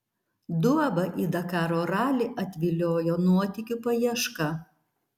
duobą į dakaro ralį atviliojo nuotykių paieška